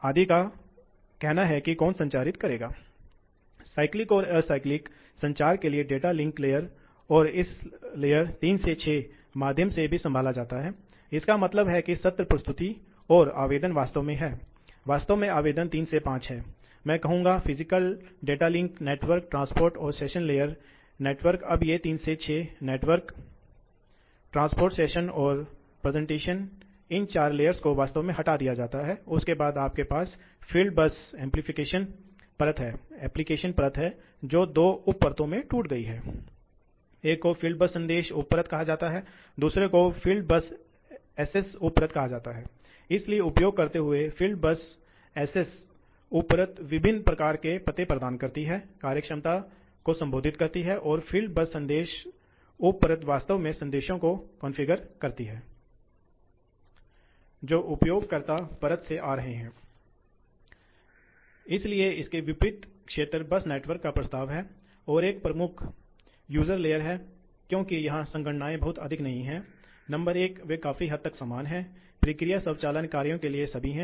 यह निरंतर 40 वक्र 40 हार्स पावर है इसलिए हम कहां हैं हम 35 पर हैं अब क्या होता है जब 80 प्रवाह होते हैं अर्थात जब आप यहां होते हैं तो आप मोटे तौर पर यहां होते हैं इसलिए आप 80 वक्र पर हैं अब आप देखते हैं कि आप कहाँ हैं यह वक्र और यह वक्र समानांतर में घूम रहे हैं इसलिए यदि यह यहाँ 35 है तो यह यहाँ भी 35 हो रहा है इसीलिए यह भी 35 है यह भी 35 है यदि आप 60 करते हैं तो आप यहाँ हैं आपका 60 कहीं पर होगा हाँ तो आप यहाँ हैं इसलिए यह थोड़ा कम है आप इसे देखें यह 30 वक्र है